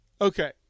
Okay